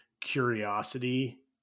curiosity